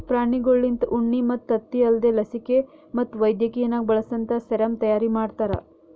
ಪ್ರಾಣಿಗೊಳ್ಲಿಂತ ಉಣ್ಣಿ ಮತ್ತ್ ತತ್ತಿ ಅಲ್ದೇ ಲಸಿಕೆ ಮತ್ತ್ ವೈದ್ಯಕಿನಾಗ್ ಬಳಸಂತಾ ಸೆರಮ್ ತೈಯಾರಿ ಮಾಡ್ತಾರ